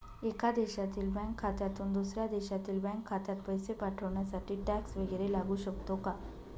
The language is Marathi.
एका देशातील बँक खात्यातून दुसऱ्या देशातील बँक खात्यात पैसे पाठवण्यासाठी टॅक्स वैगरे लागू शकतो का?